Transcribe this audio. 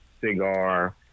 cigar